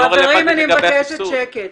לא לגבי הסבסוד.